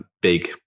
big